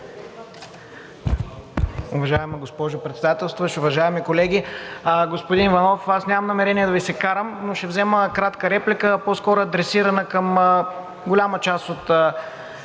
Уважаема госпожо Председател, уважаеми колеги! Господин Иванов, аз нямам намерение да Ви се карам, но ще взема кратка реплика, по-скоро адресирана към голяма част от